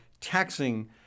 taxing